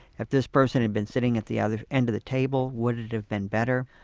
if this person had been sitting at the other end of the table, would it have been better?